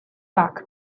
back